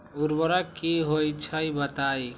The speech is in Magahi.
उर्वरक की होई छई बताई?